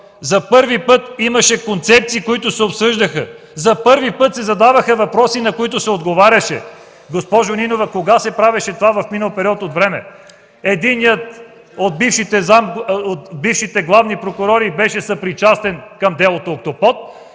За първи път имаше концепции, които се обсъждаха, за първи път се задаваха въпроси, на които се отговаряше. Госпожо Нинова, кога се правеше това в минал период от време? Единият от бившите главни прокурори беше съпричастен към делото „Октопод”